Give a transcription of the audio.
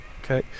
Okay